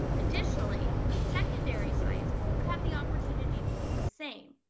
additionally, secondary sites would have the opportunity to do the same